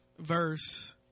Verse